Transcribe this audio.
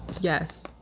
Yes